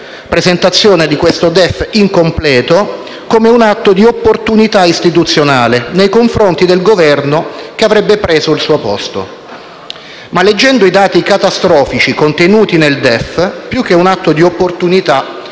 presentazione di questo DEF incompleto come un atto di opportunità istituzionale nei confronti del Governo che avrebbe preso il suo posto. Leggendo i dati catastrofici contenuti nel DEF, però, più che un atto di opportunità,